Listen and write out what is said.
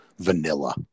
vanilla